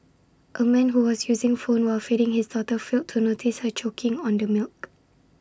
A man who was using phone while feeding his daughter failed to notice her choking on the milk